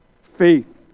faith